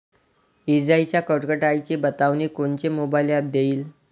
इजाइच्या कडकडाटाची बतावनी कोनचे मोबाईल ॲप देईन?